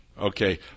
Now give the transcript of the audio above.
okay